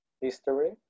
history